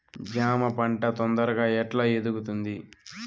జామ పంట తొందరగా ఎట్లా ఎదుగుతుంది?